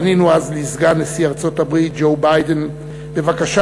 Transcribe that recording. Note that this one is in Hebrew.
פנינו אז לסגן נשיא ארצות-הברית ג'ו ביידן בבקשה